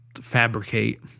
fabricate